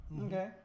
Okay